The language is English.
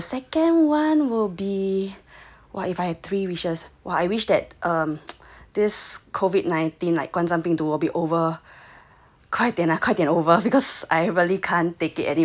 the second one will be if !wah! if had three wishes !wah! I wish that um this COVID nineteen like 观瞻病毒 will be over 快点来快点 over because I really can't take it anymore